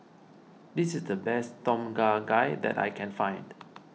this is the best Tom Kha Gai that I can find